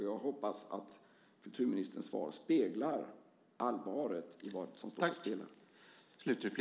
Jag hoppas att kulturministerns svar speglar allvaret i vad som står på spel.